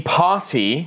party